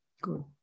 Good